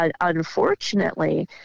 unfortunately